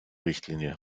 richtlinie